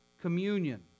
communion